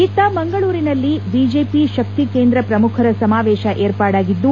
ಇತ್ತ ಮಂಗಳೂರಿನಲ್ಲಿ ಬಿಜೆಪಿ ಶಕ್ತಿಕೇಂದ್ರ ಶ್ರಮುಖರ ಸಮಾವೇಶ ವಿರ್ಪಾಡಾಗಿದ್ದು